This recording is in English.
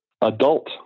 adult